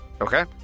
okay